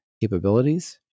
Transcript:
capabilities